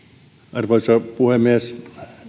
arvoisa puhemies